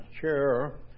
chair